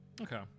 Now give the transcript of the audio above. Okay